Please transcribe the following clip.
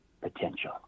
potential